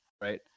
Right